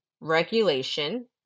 regulation